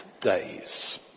days